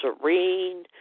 serene